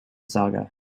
saga